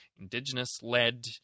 indigenous-led